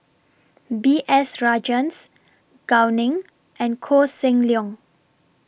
B S Rajhans Gao Ning and Koh Seng Leong